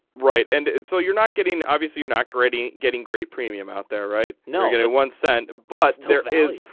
right and it's so you're not getting the obvious you're not grading getting great premium out there right now get one cent but there is.